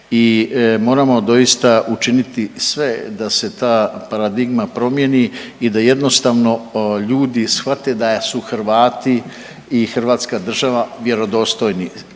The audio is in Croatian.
moramo doista učiniti sve da se ta paradigma promijeni i da jednostavno ljudi shvate da su Hrvati i Hrvatska država vjerodostojni.